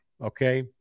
okay